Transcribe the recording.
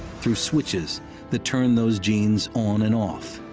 through switches that turn those genes on and off,